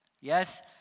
Yes